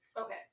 Okay